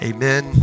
Amen